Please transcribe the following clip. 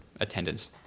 attendance